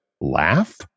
laugh